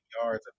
yards